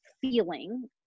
feeling